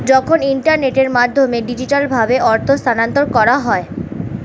যখন ইন্টারনেটের মাধ্যমে ডিজিটালভাবে অর্থ স্থানান্তর করা হয়